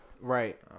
Right